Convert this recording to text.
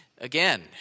Again